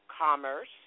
commerce